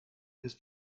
ist